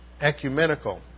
ecumenical